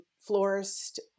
florist